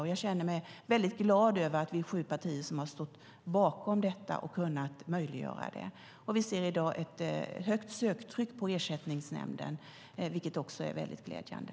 Och jag känner mig väldigt glad över att vi är sju partier som har stått bakom detta och möjliggjort det. Vi ser i dag ett högt söktryck på Ersättningsnämnden, vilket också är väldigt glädjande.